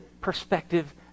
perspective